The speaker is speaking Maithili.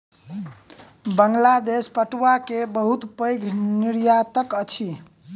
बांग्लादेश पटुआ के बहुत पैघ निर्यातक अछि